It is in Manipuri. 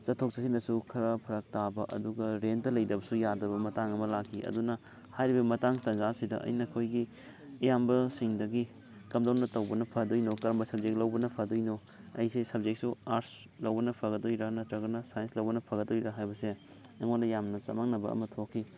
ꯆꯠꯊꯣꯛ ꯆꯠꯁꯤꯟꯗꯁꯨ ꯈꯔ ꯐꯔꯛ ꯇꯥꯕ ꯑꯗꯨꯒ ꯔꯦꯟꯇ ꯂꯩꯇꯕꯁꯨ ꯌꯥꯗꯕ ꯃꯇꯥꯡ ꯑꯃ ꯂꯥꯛꯈꯤ ꯑꯗꯨꯅ ꯍꯥꯏꯔꯤꯕ ꯃꯇꯥꯡ ꯇꯥꯟꯖꯁꯤꯗ ꯑꯩꯅ ꯑꯩꯈꯣꯏꯒꯤ ꯏꯌꯥꯝꯕ ꯁꯤꯡꯗꯒꯤ ꯀꯝꯗꯧꯅ ꯇꯧꯕꯅ ꯐꯗꯣꯏꯅꯣ ꯀꯔꯝꯕ ꯁꯕꯖꯦꯛ ꯂꯧꯕꯅ ꯐꯗꯣꯏꯅꯣ ꯑꯩꯁꯦ ꯁꯕꯖꯦꯛꯁꯨ ꯑꯥꯔꯁ ꯂꯧꯕꯅ ꯐꯒꯗꯣꯏꯔꯥ ꯅꯠꯇ꯭ꯔꯒꯅ ꯁꯥꯏꯟꯁ ꯂꯧꯕꯅ ꯐꯒꯗꯣꯏꯔꯥ ꯍꯥꯏꯕꯁꯦ ꯑꯩꯉꯣꯟꯗ ꯌꯥꯝꯅ ꯆꯃꯝꯅꯕ ꯑꯃ ꯊꯣꯛꯈꯤ